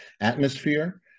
atmosphere